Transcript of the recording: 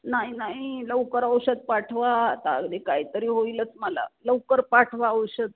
नाही नाही लवकर औषध पाठवा आता अगदी काहीतरी होईलच मला लवकर पाठवा औषध